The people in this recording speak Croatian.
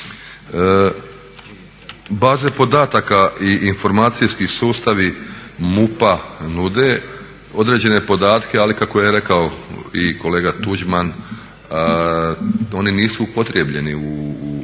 Baze podataka i informacijski sustavi MUP-a nude određene podatke, ali kako je rekao i kolega Tuđman oni nisu upotrijebljeni, nisu